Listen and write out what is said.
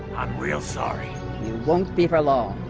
i'm real. sorry. you won't be for long